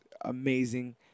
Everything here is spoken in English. amazing